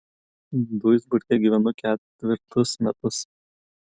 duisburge gyvenu ketvirtus metus